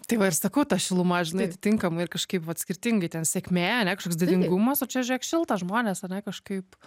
tai va ir sakau ta šiluma žinai atitinkamai ir kažkaip vat skirtingai ten sėkmė ane kažkoks didingumas o čia žiūrėk šilta žmonės ane kažkaip